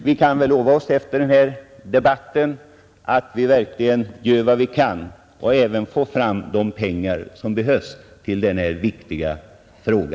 Vi kan väl lova oss efter den här debatten att vi verkligen skall göra vad vi kan för att även få fram de pengar som behövs på detta viktiga område.